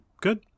good